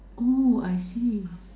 oh I see